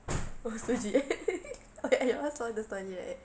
oh suji eh I ask ah dah tanya eh